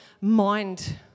mind